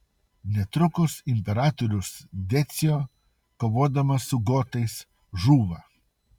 netrukus imperatorius decio kovodamas su gotais žūva